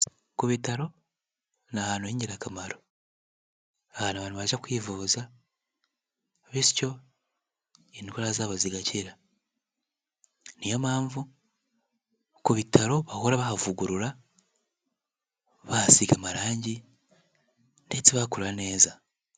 Ku bitaro ni ahantu h'ingirakamaro. Ahantu abantu bajya kwivuza bityo indwara zabo zigakira. Ni yo mpamvu ku bitaro bahora bahavugurura bahasiga amarangi ndetse bahakora neza.